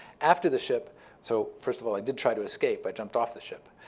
after the ship so first of all, i did try to escape. i jumped off the ship.